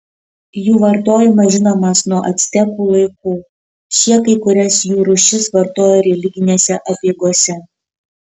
jų vartojimas žinomas nuo actekų laikų šie kai kurias jų rūšis vartojo religinėse apeigose